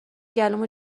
گلومو